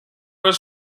was